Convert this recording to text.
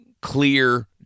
clear